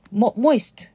moist